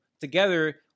together